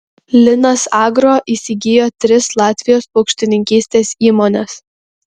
linas agro įsigijo tris latvijos paukštininkystės įmones